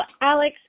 Alex